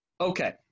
Okay